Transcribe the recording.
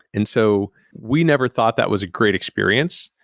and so we never thought that was a great experience.